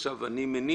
עכשיו אני מניח,